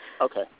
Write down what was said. Okay